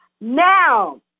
Now